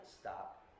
stop